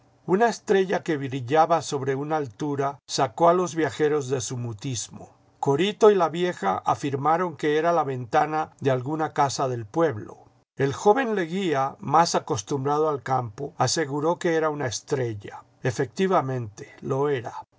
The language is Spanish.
una estrella que brillaba sobre una altura sacó a los viajeros de su mutismo corito y la vieja afirmaron que era la ventana de alguna casa del pueblo el joven leguía más acostumbrado al campo aseguró que era una estrella efectivamente lo era